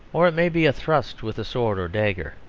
or it may be a thrust with sword or dagger,